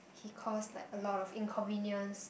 he caused like a lot of inconvenience